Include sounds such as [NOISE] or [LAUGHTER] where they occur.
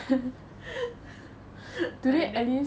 [LAUGHS] ya and then